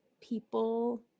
people